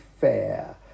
fair